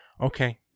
okay